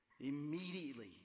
Immediately